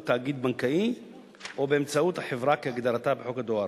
תאגיד בנקאי או באמצעות החברה כהגדרתה בחוק הדואר,